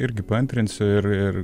irgi paantrinsiu ir ir